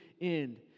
end